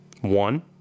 One